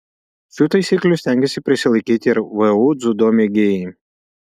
šių taisyklių stengiasi prisilaikyti ir vu dziudo mėgėjai